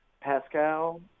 Pascal